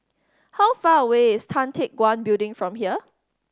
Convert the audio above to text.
how far away is Tan Teck Guan Building from here